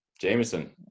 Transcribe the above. Jameson